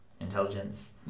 intelligence